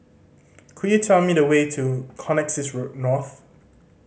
could you tell me the way to Connexis Road North